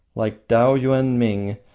like taoyuenming